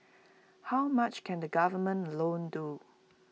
how much can the government alone do